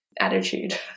attitude